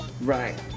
Right